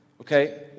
okay